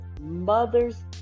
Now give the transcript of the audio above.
Mother's